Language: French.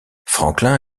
franklin